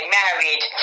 married